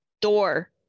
door